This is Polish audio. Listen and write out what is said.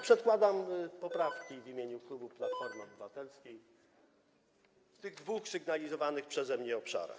Przedkładam poprawki w imieniu klubu Platformy Obywatelskiej w tych dwóch sygnalizowanych przeze mnie obszarach.